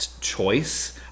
Choice